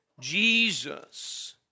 Jesus